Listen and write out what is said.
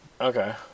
Okay